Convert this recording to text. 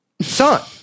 son